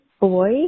boy